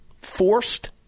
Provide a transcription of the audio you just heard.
forced